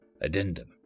Addendum